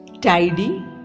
tidy